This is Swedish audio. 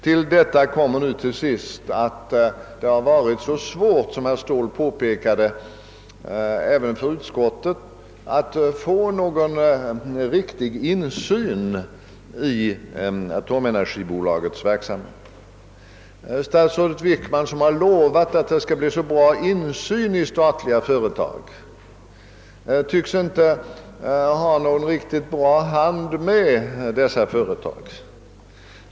Till detta kommer nu till sist att det, som herr Ståhl påpekade, varit så svårt även för utskottet att få någon riktig insyn i atomenergibolagets verksamhet. Statsrådet Wickman, som lovat att det skall bli så bra insyn i statliga företag, tycks inte ha någon riktigt bra hand med dessa företag.